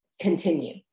continue